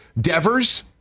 Devers